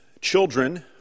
Children